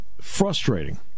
Frustrating